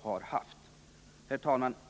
har haft. Herr talman!